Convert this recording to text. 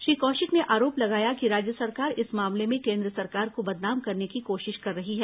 श्री कौशिक ने आरोप लगाया कि राज्य सरकार इस मामले में केन्द्र सरकार को बदनाम करने की कोशिश कर रही है